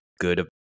good